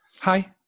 Hi